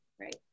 right